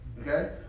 okay